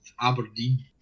Aberdeen